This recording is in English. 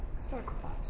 sacrifice